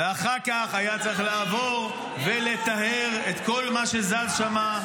ואחר כך היה צריך לעבור ולטהר את כל מה שזז שם.